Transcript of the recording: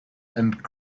and